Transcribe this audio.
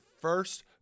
first